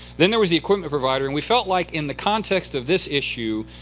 then there was the equipment provider, and we felt like, in the context of this issue,